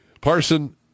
Parson